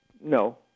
No